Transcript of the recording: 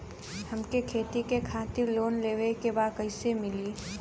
हमके खेती करे खातिर लोन लेवे के बा कइसे मिली?